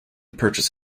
purchase